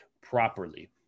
properly